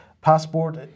Passport